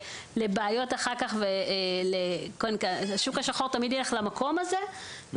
לבעיות אחר כך והשוק השחור תמיד ילך למקום הזה.